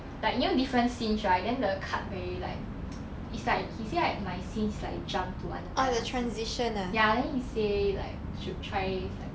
like you know different scenes right then the cut very like it's like he say like my scenes like jump to another another scene ya then he say like should try is like